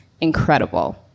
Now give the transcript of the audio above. incredible